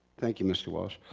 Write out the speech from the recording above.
thank you mr. walsh.